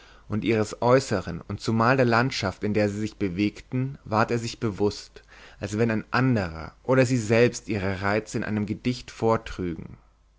und ihres äußeren und zumal der landschaft in der sie sich bewegten ward er sich bewußt als wenn ein anderer oder sie selbst ihre reize in einem gedicht vortrügen